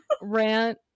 rant